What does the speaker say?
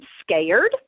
scared